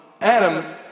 Adam